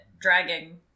dragging